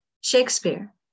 Shakespeare